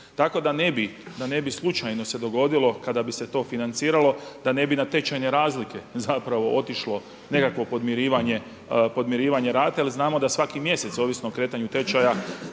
bi, da ne bi slučajno se dogodilo kada bi se to financiralo da ne bi na tečajne razlike zapravo otišlo nekakvo podmirivanje rate jer znamo da svaki mjesec, ovisno o kretanju tečaja